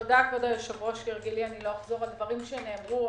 הרצון הבסיסי של כל אדם להביא ילד לעולם ולגדל דור המשך,